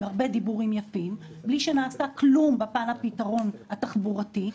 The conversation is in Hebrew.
הרבה דיבורים יפים בלי שנעשה כלום בפן הפתרון התחבורתי,